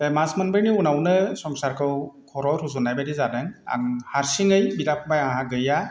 बे मास मोनब्रैनि उनावनो संसारखौ खर'आव रुजुननाय बायदि जादों आं हारसिङै बिदा फंबाइ आंहा गैया